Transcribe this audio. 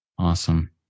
Awesome